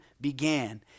began